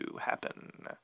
happen